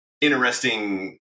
interesting